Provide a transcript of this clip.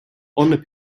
honour